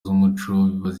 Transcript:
z’umuco